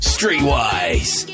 Streetwise